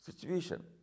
situation